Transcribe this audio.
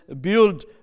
build